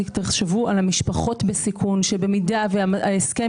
תחשבו על המשפחות בסיכון שמידה וההסכם